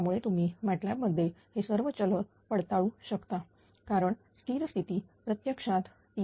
त्यामुळेच तुम्ही MATLAB मध्ये हे सर्व चल पडताळू शकता कारण स्थिर स्थिती प्रत्यक्षातTP